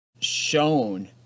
shown